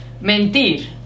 mentir